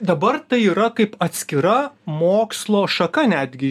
dabar tai yra kaip atskira mokslo šaka netgi